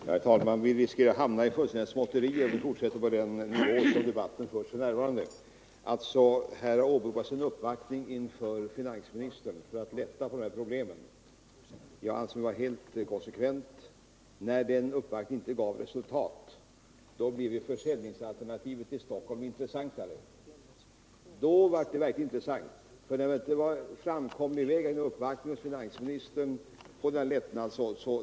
Herr talman! Vi riskerar att hamna i rena småtterierna, om vi fortsätter på den nivå som debatten förs för närvarande. Här åberopades en uppvaktning inför finansministern i syfte att lätta på problemen. Jag anser att det är helt konsekvent att när den uppvaktningen inte gav resultat blev alternativet med försäljning till Stockholm intressantare.